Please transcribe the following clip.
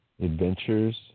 adventures